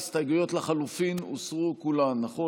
ההסתייגויות לחלופין הוסרו כולן, נכון?